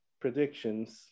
predictions